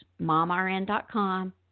momrn.com